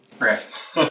Right